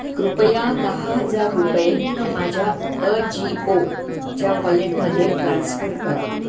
कृपया दहा हजार रुपये माझ्या अजीओ च्या वॉलेटमध्ये ट्रान्स्फर करा